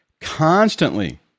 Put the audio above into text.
constantly